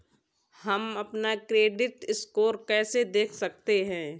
हम अपना credit score कैसे देख सकते हैं?